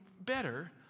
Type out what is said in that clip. better